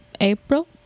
April